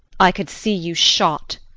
i could see you shot